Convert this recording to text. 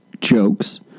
jokes